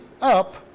up